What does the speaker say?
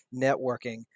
networking